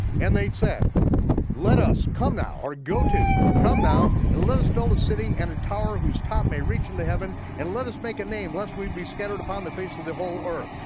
and they said let us come now, or go to, come now, and let us build a city and a tower whose top may reach into heaven. and let us make a name, lest we be scattered upon the face of the whole earth.